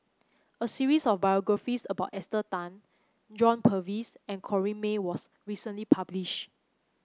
a series of biographies about Esther Tan John Purvis and Corrinne May was recently published